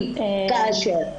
אם וכאשר.